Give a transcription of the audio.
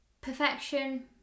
perfection